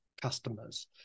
customers